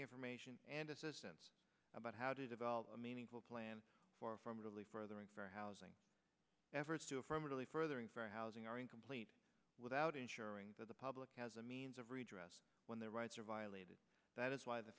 information and assistance about how to develop a meaningful plan for affirmatively furthering their housing efforts to affirmatively furthering fair housing are incomplete without ensuring that the public has a means of redress when their rights are violated that is why the